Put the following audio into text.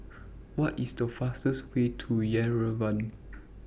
What IS The fastest Way to Yerevan